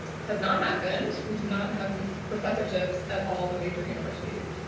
has not happened. we do not have professorships at all the major universities,